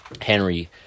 henry